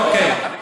אוקיי.